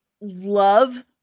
love